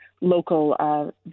local